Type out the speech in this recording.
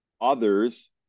others